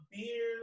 beer